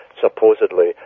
supposedly